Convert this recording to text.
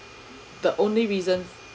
the only reason